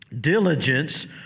diligence